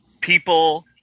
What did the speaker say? people